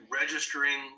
registering